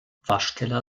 waschkeller